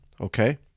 okay